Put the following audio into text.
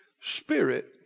Spirit